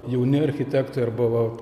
jauni architektai arba va